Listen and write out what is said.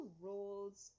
roles